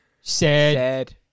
Sad